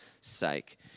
sake